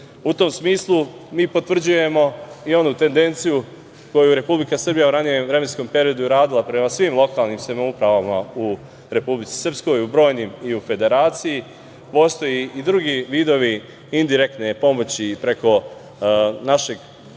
tom smislu, mi potvrđujemo i onu tendenciju koju je Republika Srbija u ranijem vremenskom periodu radila prema svim lokalnim samoupravama u Republici Srpskoj i u Federaciji, postoje i drugi vidovi indirektne pomoći preko naše,